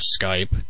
Skype